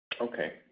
Okay